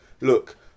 Look